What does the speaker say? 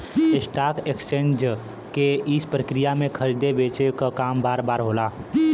stock exchange के ई प्रक्रिया में खरीदे बेचे क काम बार बार होला